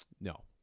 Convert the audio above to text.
No